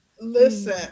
listen